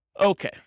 Okay